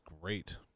great